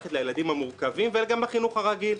במערכת לילדים המורכבים, וגם בחינוך הרגיל.